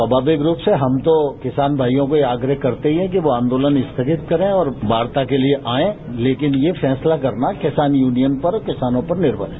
स्वाभाविक रूप से हम तो किसानो भाइयों से यह आग्रह करते है कि वह आन्दोलन स्थगित करे और वार्ता के लिये आये लेकिन यह फैसला करना किसान यूनियन पर किसानों पर निर्भर है